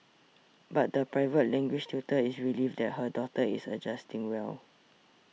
but the private language tutor is relieved that her daughter is adjusting well